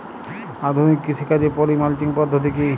আধুনিক কৃষিকাজে poly mulching পদ্ধতি কি?